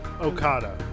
Okada